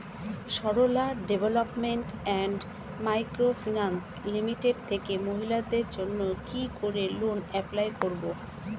Sarala development and microfinance limited থেকে মহিলাদের জন্য কি করে লোন এপ্লাই করব?